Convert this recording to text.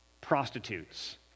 Prostitutes